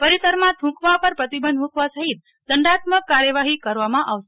પરિસરમાં થૂંકવા પર પ્રતિબંધ મૂકવા સફિત દંડાત્મક કાર્યવાહી કરવામાં આવશે